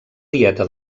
dieta